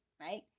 right